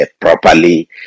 properly